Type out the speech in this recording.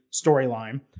storyline